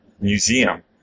museum